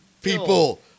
people